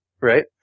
right